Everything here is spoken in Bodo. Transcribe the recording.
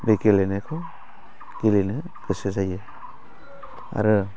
बे गेलेनायखौ गेलेनो गोसो जायो आरो